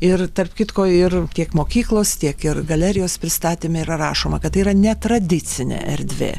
ir tarp kitko ir tiek mokyklos tiek ir galerijos pristatyme yra rašoma kad tai yra netradicinė erdvė